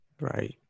Right